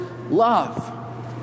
love